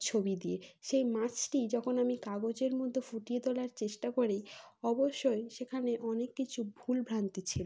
ছবি দিয়ে সেই মাছটি যখন আমি কাগজের মধ্যে ফুটিয়ে তোলার চেষ্টা করি অবশ্যই সেখানে অনেক কিছু ভুলভ্রান্তি ছিল